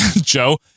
joe